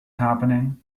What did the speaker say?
happening